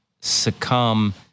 succumb